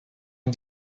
een